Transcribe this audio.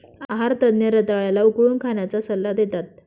आहार तज्ञ रताळ्या ला उकडून खाण्याचा सल्ला देतात